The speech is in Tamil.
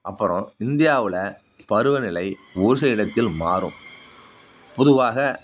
அப்புறம் இந்தியாவில் பருவநிலை ஒரு சில இடத்தில் மாறும் பொதுவாக